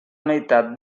meitat